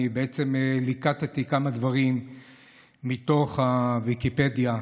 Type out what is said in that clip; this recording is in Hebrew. אני ליקטתי כמה דברים מתוך ויקיפדיה,